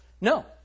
No